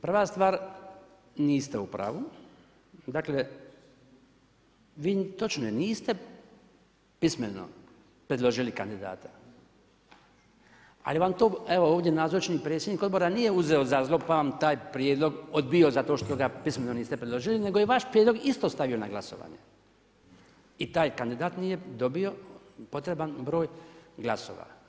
Prva stvar, niste upravu, dakle vi točno niste pismeno predložili kandidata, ali vam to evo nazočni predsjednik odbora nije uzeo za zlo pa vam taj prijedlog odbio zato što ga pismeno niste predložili nego je vaš prijedlog isto stavio na glasovanje i taj kandidat nije dobio potreban broj glasova.